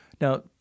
now